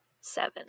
seven